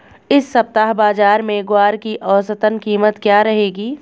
इस सप्ताह बाज़ार में ग्वार की औसतन कीमत क्या रहेगी?